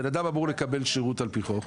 אדם אמור לקבל שירות על פי חוק,